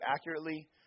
accurately